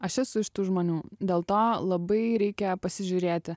aš esu iš tų žmonių dėl to labai reikia pasižiūrėti